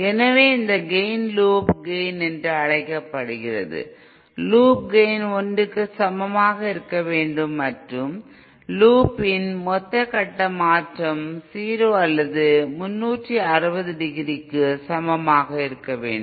எனவே இந்த gain loop gain என்று அழைக்கப்படுகிறது லூப் கெய்ன் 1 க்கு சமமாக இருக்க வேண்டும் மற்றும் லூப் லூப்பின் மொத்த கட்ட மாற்றம் 0 அல்லது 360 டிகிரிக்கு சமமாக இருக்க வேண்டும்